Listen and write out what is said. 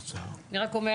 צריכה להיות